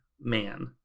man